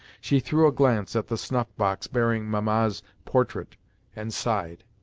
she threw a glance at the snuff-box bearing mamma's portrait and sighed.